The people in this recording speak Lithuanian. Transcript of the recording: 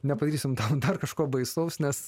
nepadarysim tau dar kažko baisaus nes